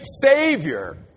Savior